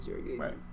Right